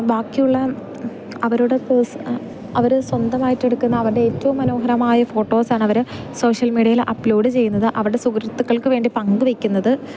ബാക്കിയുള്ള അവരുടെ അവർ സ്വന്തമായിട്ട് എടുക്കുന്ന അവരുടെ ഏറ്റവും മനോഹരമായ ഫോട്ടോസാണവർ സോഷ്യൽ മീഡിയയിൽ അപ്ലോഡ് ചെയ്യുന്നത് അവരുടെ സുഹൃത്തുക്കൾക്കു വേണ്ടി പങ്കു വയ്ക്കുന്നത്